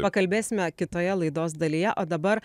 pakalbėsime kitoje laidos dalyje o dabar